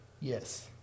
Yes